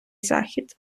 захід